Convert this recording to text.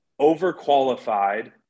overqualified